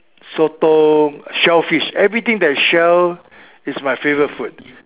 sotong shellfish everything that is shell is my favorite food